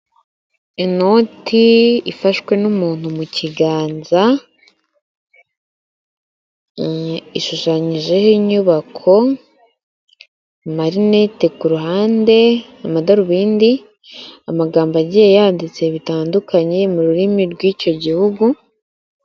Inoti ifashwe n'umuntu mu kiganza ishushanyijeho inyubako, marinete ku ruhande amadarubindi, amagambo agiye yanditse bitandukanye mu rurimi rw'icyo gihugu.